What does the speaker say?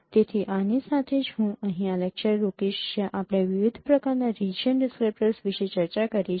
તેથી આની સાથે જ હું અહીં આ લેક્ચર રોકીશ જ્યાં આપણે વિવિધ પ્રકારનાં રિજિયન ડિસ્ક્રીપ્ટર્સ વિષે ચર્ચા કરી છે